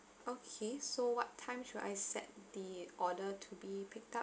okay so what time should I set the order to be picked up